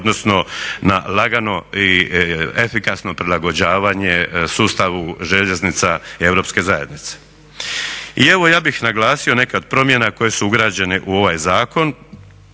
odnosno na lagano i efikasno prilagođavanje sustavu željeznica Europske zajednice. I evo ja bih naglasio neke od promjena koje su ugrađene u ovaj zakon